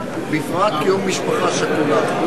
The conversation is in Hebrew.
בפרט כי הוא ממשפחה שכולה.